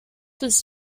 was